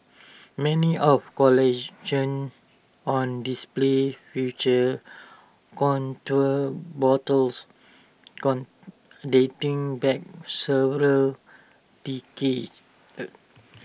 many of collections on display featured contour bottles dating back several decades